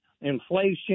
inflation